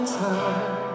time